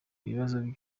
ikibazo